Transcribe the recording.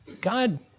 God